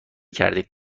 کردیم